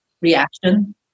reaction